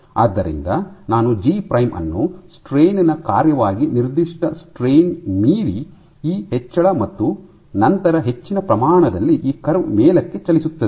ಆದ್ದರಿಂದ ನಾನು G prime ಅನ್ನು ಸ್ಟ್ರೈನ್ ನ ಕಾರ್ಯವಾಗಿ ನಿರ್ದಿಷ್ಟ ಸ್ಟ್ರೈನ್ ಮೀರಿ ಈ ಹೆಚ್ಚಳ ಮತ್ತು ನಂತರ ಹೆಚ್ಚಿನ ಪ್ರಮಾಣದಲ್ಲಿ ಈ ಕರ್ವ್ ಮೇಲಕ್ಕೆ ಚಲಿಸುತ್ತದೆ